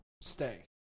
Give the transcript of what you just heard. stay